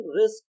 risk